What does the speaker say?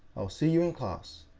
i will see you in class.